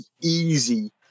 easy